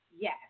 Yes